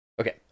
okay